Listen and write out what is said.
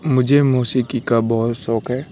مجھے موسیقی کا بہت شوق ہے